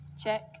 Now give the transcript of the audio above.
check